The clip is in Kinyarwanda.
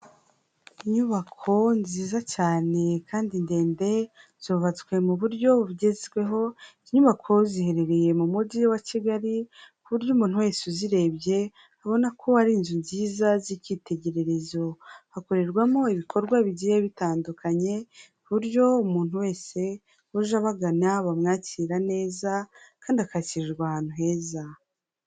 Inyubako nziza cyane kandi ndende zubatswe mu buryo bugezweho, izi nyubako ziherereye mu mujyi wa Kigali ku buryo umuntu wese uzirebye abona ko ari inzu nziza z'icyitegererezo, hakorerwamo ibikorwa bigiye bitandukanye ku buryo umuntu wese uje abagana bamwakira neza kandi akakirwa ahantu heza.